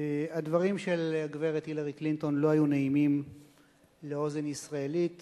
הדברים של הגברת הילרי קלינטון לא היו נעימים לאוזן ישראלית